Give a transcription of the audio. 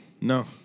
No